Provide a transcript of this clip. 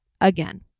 again